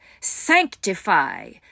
Sanctify